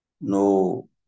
no